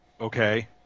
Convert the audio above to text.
okay